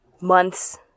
months